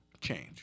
change